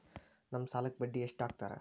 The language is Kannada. ನಮ್ ಸಾಲಕ್ ಬಡ್ಡಿ ಎಷ್ಟು ಹಾಕ್ತಾರ?